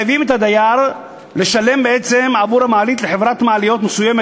מחייבים את הדייר לשלם בעצם עבור מעלית לחברת מעליות מסוימת,